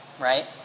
right